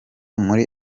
muri